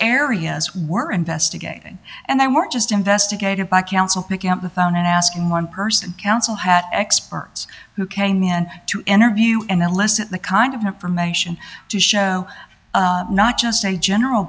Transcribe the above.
areas were investigating and they were just investigated by counsel picking up the phone and asking one person counsel had experts who came in to interview and elicit the kind of her permission to show not just a general